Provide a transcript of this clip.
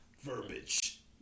verbiage